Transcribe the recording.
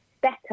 better